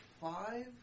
five